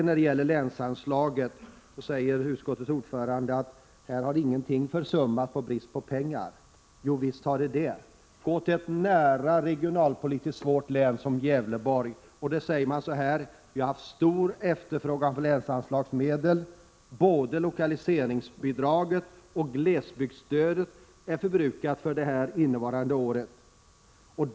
När det sedan gäller länsanslaget säger utskottets ordförande att vi inte har försummat någonting av brist på pengar. Jo, visst har vi det. I t.ex. ett närbeläget men regionalpolitiskt svårt utsatt län som Gävleborgs län säger man att det råder en stor efterfrågan på länsanslagsmedel. Både lokaliseringsbidraget och glesbygdsstödet är förbrukat för det nu innevarande budgetåret.